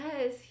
Yes